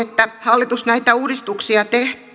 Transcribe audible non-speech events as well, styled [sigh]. [unintelligible] että hallitus näitä uudistuksia